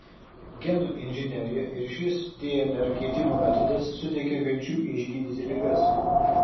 genų inžinerija ir šis dnr keitimo metodas suteikia vilčių išgydyti ligas